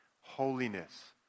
holiness